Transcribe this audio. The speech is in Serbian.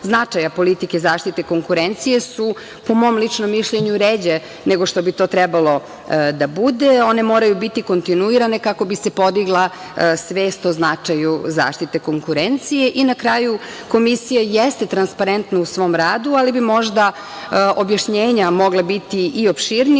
značaja politike zaštite konkurencije su, po mom ličnom mišljenju, ređe nego što bi to trebalo da bude. One moraju biti kontinuirane kako bi se podigla svest o značaju zaštite konkurencije. Na kraju, Komisija jeste transparentna u svom radu, ali bi možda objašnjenja mogla biti i opširnija,